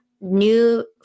new